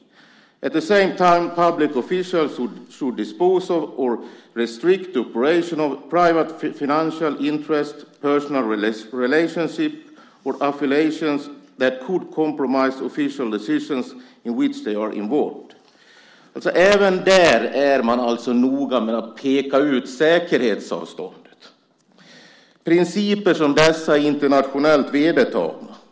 At the same time public officials should dispose of, or restrict the operation of, private financial interests, personal relationships or affiliations that could compromise official decisions in which they are involved. Även där är man noga med att peka ut säkerhetsavståndet. Principer som dessa är internationellt vedertagna.